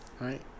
Right